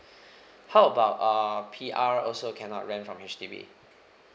how about uh P_R also cannot rent from H_D_B